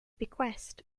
bequest